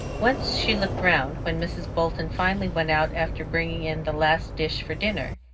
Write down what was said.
once she looked round, when mrs. bolton finally went out after bringing in the last dish for dinner,